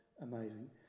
amazing